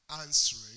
answering